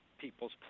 people's